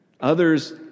Others